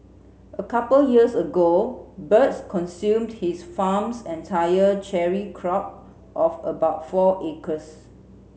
a couple years ago birds consumed his farm's entire cherry crop of about four acres